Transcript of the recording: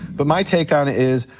but my take on it is,